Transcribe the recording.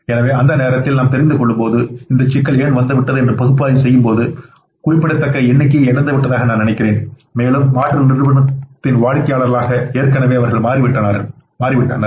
எனவே அந்த நேரத்தில் நாம் தெரிந்துகொள்ளும்போது இந்தச் சிக்கல் ஏன் வந்துவிட்டது என்று பகுப்பாய்வு செய்யும்போது குறிப்பிடத்தக்க எண்ணிக்கையை இழந்துவிட்டதாக நான் நினைக்கிறேன் மேலும் மாற்று நிறுவனத்தின் வாடிக்கையாளர்களாக ஏற்கனவே மாறிவிட்டனர்ளாக